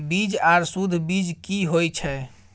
बीज आर सुध बीज की होय छै?